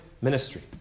ministry